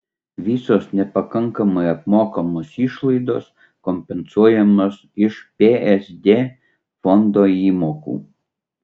visos nepakankamai apmokamos išlaidos kompensuojamos iš psd fondo įmokų